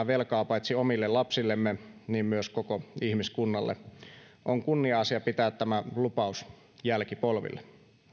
velkaa paitsi omille lapsillemme myös koko ihmiskunnalle on kunnia asia pitää tämä lupaus jälkipolville